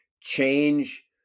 change